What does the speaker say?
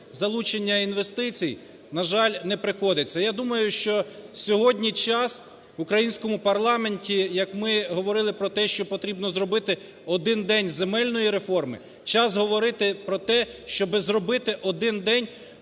залучення інвестицій, на жаль, не приходиться. Я думаю, що сьогодні час в українському парламенті, як ми говорили про те, що потрібно зробити один день земельної реформи, час говорити про те, щоби зробити один день